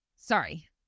Sorry